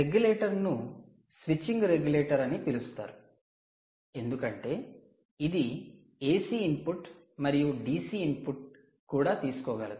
రెగ్యులేటర్ను switching regulator అని పిలుస్తారు ఎందుకంటే ఇది ఎసి ఇన్పుట్ మరియు డిసి ఇన్పుట్ కూడా తీసుకోగలదు